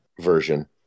version